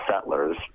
settlers